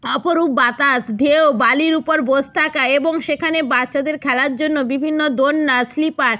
অপরূপ বাতাস ঢেউ বালির উপর বস থাকা এবং সেখানে বাচ্চাদের খেলার জন্য বিভিন্ন দোলনা স্লিপার